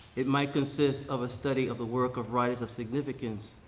it might consist of a study of the work of writers of significance,